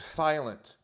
silent